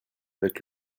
avec